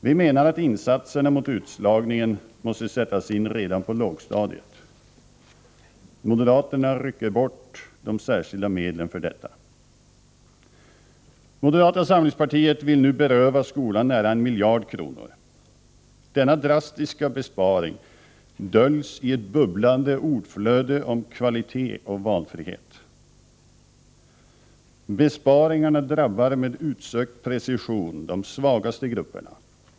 Vi menar att insatserna mot utslagningen måste sättas in redan på lågstadiet. Moderaterna rycker bort de särskilda medlen för detta. Moderata samlingspartiet vill nu beröva skolan nära en miljard kronor. Denna drastiska besparing döljs i ett bubblande ordflöde om kvalitet och valfrihet. Besparingarna drabbar med utsökt precision de svagaste grupperna.